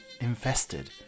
infested